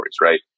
right